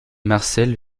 marcel